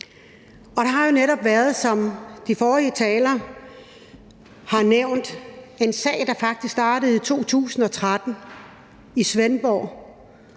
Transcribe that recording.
Der har jo netop været, som de forrige talere har nævnt, en sag, der faktisk startede i 2013 i Svendborg,